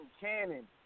Cannon